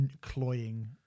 cloying